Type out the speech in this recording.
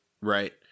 right